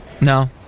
no